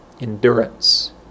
Endurance